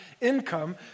income